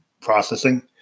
processing